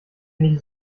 nicht